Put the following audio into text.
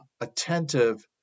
attentive